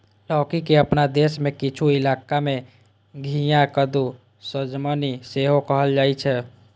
लौकी के अपना देश मे किछु इलाका मे घिया, कद्दू, सजमनि सेहो कहल जाइ छै